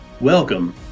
Welcome